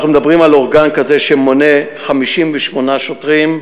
אנחנו מדברים על אורגן כזה, שמונה 58 שוטרים,